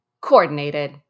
coordinated